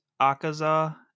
Akaza